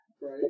Right